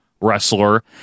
wrestler